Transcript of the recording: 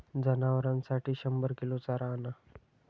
जनावरांसाठी शंभर किलो चारा आणा